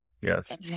Yes